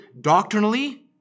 doctrinally